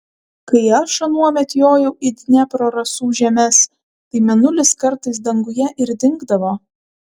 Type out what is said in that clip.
kai aš anuomet jojau į dniepro rasų žemes tai mėnulis kartais danguje ir dingdavo